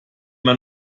man